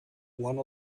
one